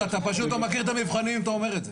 אתה פשוט לא מכיר את המבחנים אם אתה אומר את זה.